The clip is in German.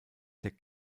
der